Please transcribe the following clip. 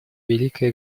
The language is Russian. великой